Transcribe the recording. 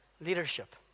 leadership